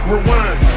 rewind